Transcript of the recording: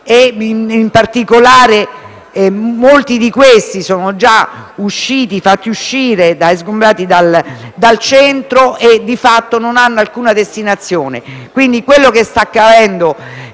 In particolare, molti di questi sono già stati sgomberati dal centro e di fatto non hanno una destinazione.